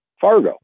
Fargo